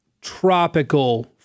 tropical